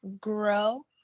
grow